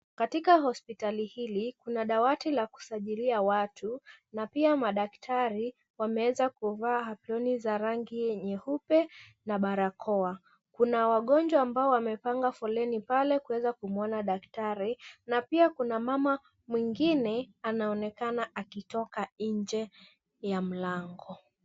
Katika hospitali hili kuna dawati la kusajilia watu na pia madaktari wameweza kuvaa aproni za rangi nyeupe na barakoa. Kuna wagonjwa ambao wamepanga foleni pale kuweza kumwona daktari na pia kuna mama mwengine anaonekana akitoka nje ya mlango.